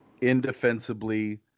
indefensibly